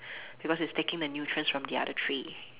because it's taking the nutrients from the other three